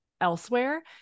elsewhere